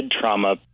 trauma